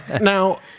now